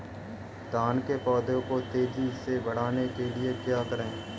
धान के पौधे को तेजी से बढ़ाने के लिए क्या करें?